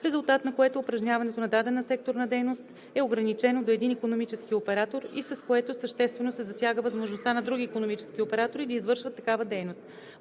резултат на което упражняването нa дадена секторна дейност е ограничено до един икономически оператор и с което съществено се засяга възможността нa други икономически оператори дa извършват такава дейност.“;